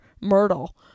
myrtle